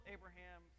Abraham